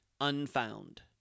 Unfound